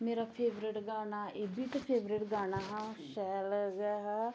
मेरा फेवरेट गाना एह् बी ते फेवरेट गाना हा शैल गै हा